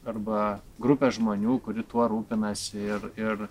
arba grupė žmonių kuri tuo rūpinasi ir ir